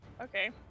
Okay